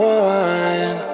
one